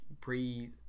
pre-